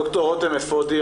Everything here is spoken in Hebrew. ד"ר רותם אפודי,